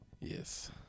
Yes